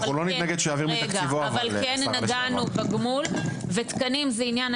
אבל כן נגענו בגמול ותקנים זה עניין,